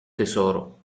tesoro